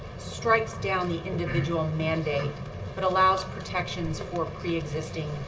strikes down the individual mandate but allows protections for preexisting